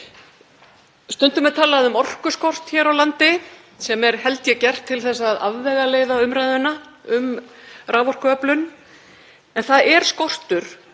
orku. Stundum er talað um orkuskort hér á landi sem er, held ég, gert til að afvegaleiða umræðuna um raforkuöflun